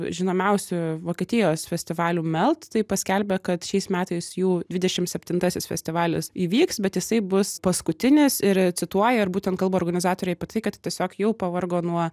žinomiausių vokietijos festivalių melt tai paskelbė kad šiais metais jų dvidešim septintasis festivalis įvyks bet jisai bus paskutinis ir cituoja ir būtent kalba organizatoriai apie tai kad tiesiog jau pavargo nuo